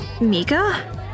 Mika